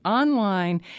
online